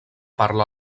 parla